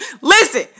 listen